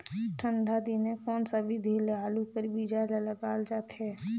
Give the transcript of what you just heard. ठंडा दिने कोन सा विधि ले आलू कर बीजा ल लगाल जाथे?